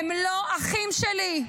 הם לא אחים שלי.